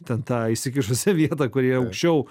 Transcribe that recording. ten tą išsikišusią vietą kurioje aukščiau